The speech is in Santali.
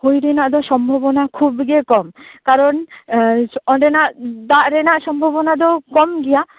ᱦᱩᱭ ᱨᱮᱱᱟᱜ ᱫᱚ ᱥᱚᱢᱵᱷᱚᱵᱚᱱᱟ ᱫᱚ ᱠᱷᱩᱵ ᱜᱮ ᱠᱚᱢ ᱠᱟᱨᱚᱱ ᱚᱸᱰᱮᱱᱟᱜ ᱫᱟᱜ ᱨᱮᱱᱟᱜ ᱥᱚᱢᱵᱷᱚᱵᱚᱱᱟ ᱫᱚ ᱠᱚᱢ ᱜᱮᱭᱟ